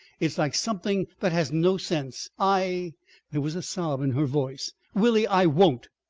it's like something that has no sense. i there was a sob in her voice willie! i won't.